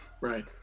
Right